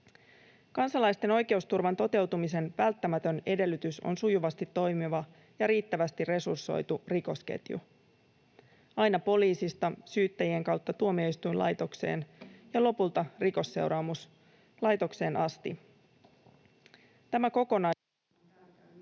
Kansalaisten oikeusturvan toteutumisen välttämätön edellytys on sujuvasti toimiva ja riittävästi resursoitu rikosketju aina poliisista syyttäjien kautta tuomioistuinlaitokseen ja lopulta Rikosseuraamuslaitokseen asti. Tämä kokonaisuus on tärkeää